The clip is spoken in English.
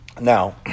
Now